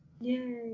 yay